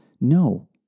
No